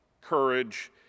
courage